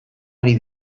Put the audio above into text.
ari